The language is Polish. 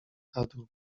kadrów